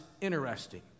interesting